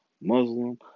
Muslim